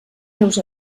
meus